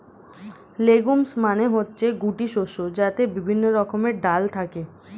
legumes মানে হচ্ছে গুটি শস্য যাতে বিভিন্ন রকমের ডাল থাকে